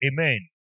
Amen